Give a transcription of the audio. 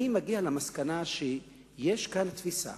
אני מגיע למסקנה שיש כאן תפיסה